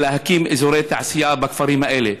זה להקים אזורי תעשייה בכפרים האלה.